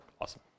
awesome